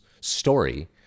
story